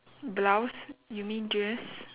blouse you mean dress